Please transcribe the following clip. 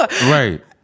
Right